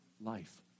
life